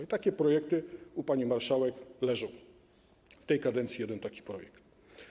I takie projekty u pani marszałek leżą, w tej kadencji jeden taki projekt.